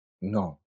No